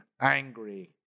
angry